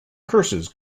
curses